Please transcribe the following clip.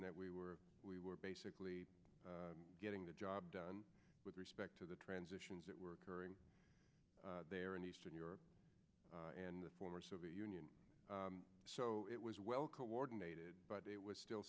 and that we were we were basically getting the job done with respect to the transitions that were occurring there in eastern europe and the former soviet union so it was well coordinated but it was still